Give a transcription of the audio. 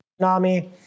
tsunami